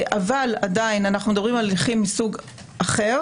אבל עדיין, אנחנו מדברים על הליכים מסוג אחר,